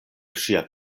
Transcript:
ŝia